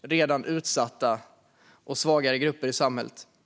redan utsatta och svagare grupper i samhället särskilt hårt.